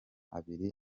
abiri